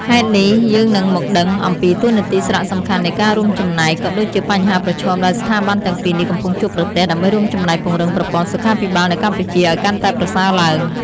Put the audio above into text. ហេតុនេះយើងនឹងមកដឹងអំពីតួនាទី សារៈសំខាន់នៃការរួមចំណែក ក៏ដូចជាបញ្ហាប្រឈមដែលស្ថាប័នទាំងពីរនេះកំពុងជួបប្រទះ ដើម្បីរួមចំណែកពង្រឹងប្រព័ន្ធសុខាភិបាលនៅកម្ពុជាឱ្យកាន់តែប្រសើរឡើង។